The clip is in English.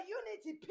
unity